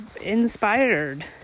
inspired